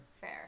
Fair